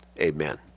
amen